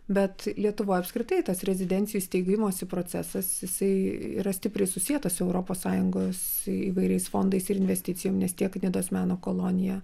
bet lietuvoj apskritai tas rezidencijų steigimosi procesas jisai yra stipriai susietas su europos sąjungos įvairiais fondais ir investicijom nes tiek nidos meno kolonija